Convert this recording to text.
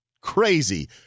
crazy